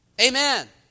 Amen